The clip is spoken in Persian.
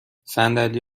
صندلی